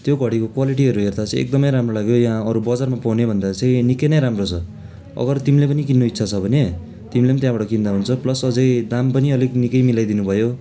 त्यो घडीको क्वालिटीहरू हेर्दा चाहिँ एकदमै राम्रो लाग्यो यहाँ अरू बजारमा पाउने भन्दा चाहिँ निकै नै राम्रो छ अगर तिमीले पनि किन्नु इच्छा छ भने तिमीले पनि त्यहाँबाट किन्दा हुन्छ प्लस अझै दाम पनि अलिक निकै मिलाइदिनुभयो